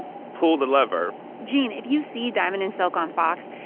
pull the lever gene, if you see diamond and silk on fox,